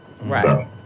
right